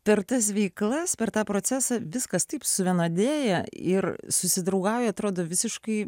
per tas veiklas per tą procesą viskas taip suvienodėja ir susidraugauja atrodo visiškai